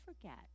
forget